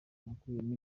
nakuyemo